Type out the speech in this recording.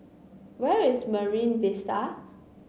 where is Marine Vista